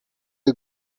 you